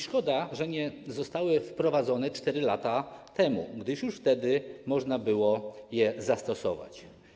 Szkoda, że nie zostały wprowadzone 4 lata temu, gdyż już wtedy można było je zastosować.